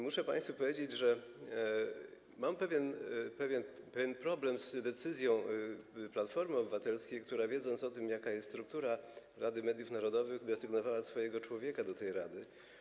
Muszę państwu powiedzieć, że mam pewien problem z decyzją Platformy Obywatelskiej, która wiedząc o tym, jaka jest struktura Rady Mediów Narodowych, desygnowała swojego człowieka do tej rady.